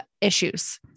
issues